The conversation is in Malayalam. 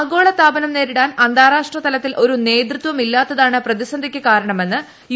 ആഗോള താപനം നേരിടാൻ അന്താരാഷ്ട്ര തലത്തിൽ ഒരു നേതൃത്വം ഇല്ലാത്തതാണ് പ്രതിസന്ധിക്ക് കാരണമെന്ന് യു